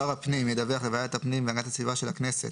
שר הפנים ידווח לוועדת הפנים והגנת הסביבה של הכנסת,